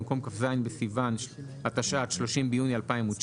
במקום כ"ז בסיוון התשע"ט (30 ביוני 2019)